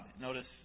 Notice